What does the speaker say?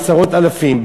עשרות אלפים,